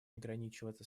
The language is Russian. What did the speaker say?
ограничиваться